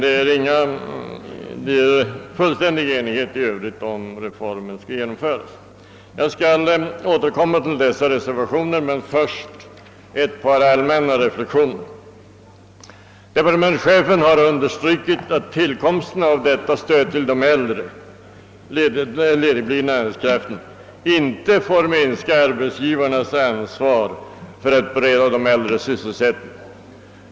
I övrigt råder fullständig enighet om att reformen skall genomföras. Jag skall återkomma till dessa reservationer men vill först göra ett par allmänna reflexioner. Departementschefen har betonat att tillkomsten av detta stöd till den äldre ledigblivna arbetskraften inte får minska arbetsgivarnas ansvar för att bereda den sysselsättning.